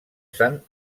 sant